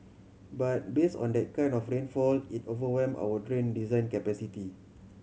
but base on that kind of rainfall it overwhelm our drain design capacity